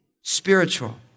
spiritual